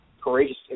courageous